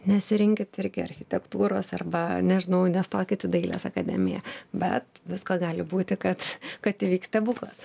nesirinkit irgi architektūros arba nežinau nestokit į dailės akademiją bet visko gali būti kad kad įvyks stebuklas